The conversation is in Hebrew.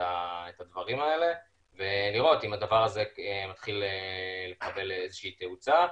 הדברים האלה ולראות אם הדבר הזה מתחיל לקבל איזו שהיא תאוצה,